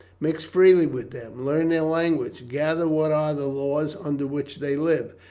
mix freely with them, learn their language, gather what are the laws under which they live,